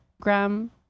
gram